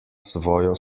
svojo